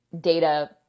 data